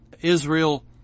Israel